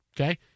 Okay